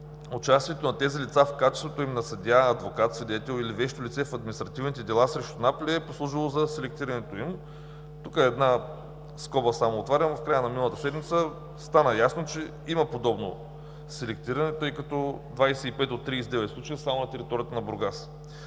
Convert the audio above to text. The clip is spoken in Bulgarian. Участието на тези лица в качеството им на съдия, адвокат, свидетел или вещо лице в административните дела срещу НАП ли е послужило за „селектирането“ им? Отварям една скоба, в края на миналата седмица стана ясно, че има подобно селектиране, тъй като 25 от 39 случая са само на територията на Бургас.